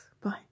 bye